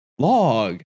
Log